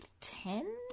Ten